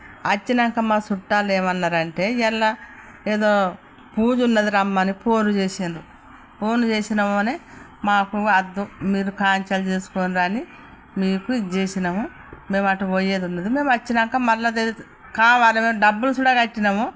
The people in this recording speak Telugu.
వచ్చాక మా చుట్టాలు ఏమన్నారంటే ఇవాళ ఏదో పూజ ఉన్నది రమ్మని ఫోన్లు చేశారు ఫోన్లు చేసి రమ్మనే మాకు వద్దు మీరు క్యాన్సిల్ చేసుకోని మీకు ఇది చేశాము మేము అటు పోయేది ఉన్నది మేము వచ్చాక మళ్ళీ కావాలని మేం డబ్బులు కూడా కట్టినాము